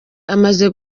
amaze